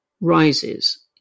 rises